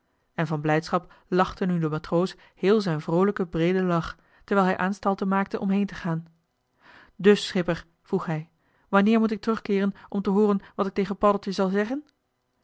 en van blijdschap lachte nu de matroos heel zijn vroolijken breeden lach terwijl hij aanstalten maakte om heen te gaan dus schipper vroeg hij wanneer moet ik terug keeren om te hooren wat ik tegen paddeltje zal zeggen